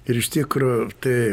ir iš tikro tai